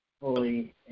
fully